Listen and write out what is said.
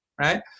right